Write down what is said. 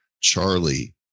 Charlie